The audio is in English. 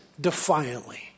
defiantly